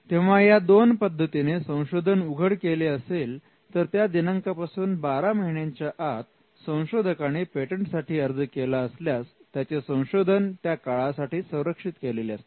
तेव्हा या दोन पद्धतीने संशोधन उघड केले असेल तर त्या दिनांकापासून बारा महिन्यांच्या आत संशोधकाने पेटंटसाठी अर्ज केला असल्यास त्याचे संशोधन त्या काळासाठी संरक्षित केलेले असते